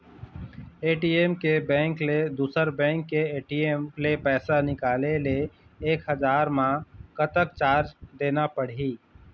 ATM के bank ले दुसर बैंक के ए.टी.एम ले पैसा निकाले ले एक हजार मा कतक चार्ज देना पड़ही?